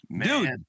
Dude